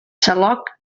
xaloc